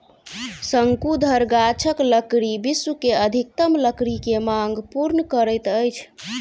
शंकुधर गाछक लकड़ी विश्व के अधिकतम लकड़ी के मांग पूर्ण करैत अछि